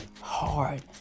hard